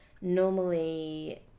normally